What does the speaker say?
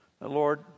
Lord